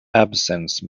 absence